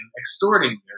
extorting